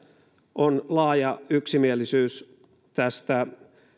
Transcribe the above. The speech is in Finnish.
on laaja yksimielisyys tästä